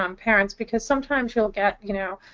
um parents, because sometimes you'll get, you know,